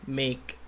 make